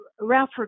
Ralph